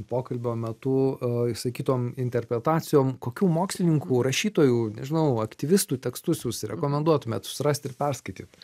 pokalbio metu išsakytom interpretacijom kokių mokslininkų rašytojų nežinau aktyvistų tekstus jūs rekomenduotumėt susirast ir perskaityt